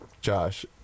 Josh